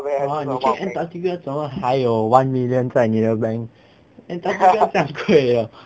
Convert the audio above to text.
!wah! 你去 antarctica 怎么还有 one million 在你的 bank antarctica 酱贵 leh